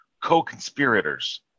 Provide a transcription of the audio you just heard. co-conspirators